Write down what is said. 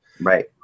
right